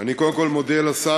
אני קודם כול מודה לשר,